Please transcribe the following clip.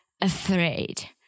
afraid